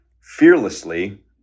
fearlessly